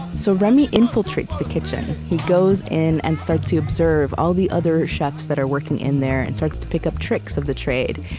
so remy infiltrates the kitchen. he goes in and starts to observe all the other chefs that are working in there, and starts to pick up tricks of the trade,